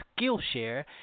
Skillshare